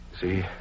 See